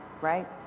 right